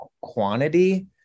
quantity